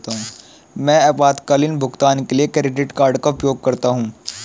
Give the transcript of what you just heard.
मैं आपातकालीन भुगतान के लिए क्रेडिट कार्ड का उपयोग करता हूं